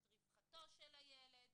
את רווחתו של הילד,